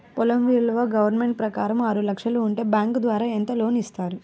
పొలం విలువ గవర్నమెంట్ ప్రకారం ఆరు లక్షలు ఉంటే బ్యాంకు ద్వారా ఎంత లోన్ ఇస్తారు?